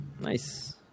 Nice